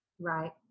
Right